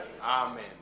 Amen